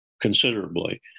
considerably